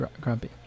grumpy